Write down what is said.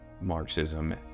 Marxism